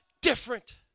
different